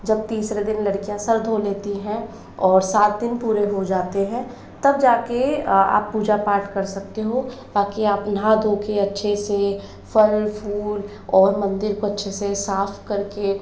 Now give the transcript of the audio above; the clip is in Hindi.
जब तीसरे दिन लड़कियाँ सिर धो लेती हैं और सात दिन पूरे हो जाते है तब जाकर आप पूजा पाठ कर सकते हो ताकि आप नहा धो कर अच्छे से फल फूल और मंदिर को अच्छे से साफ़ करके